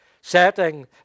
setting